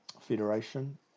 federation